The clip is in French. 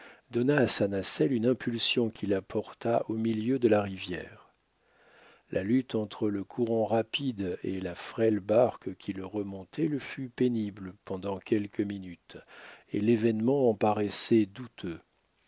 donna à sa nacelle une impulsion qui la porta au milieu de la rivière la lutte entre le courant rapide et la frêle barque qui le remontait fut pénible pendant quelques minutes et l'événement en paraissait douteux